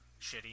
shitty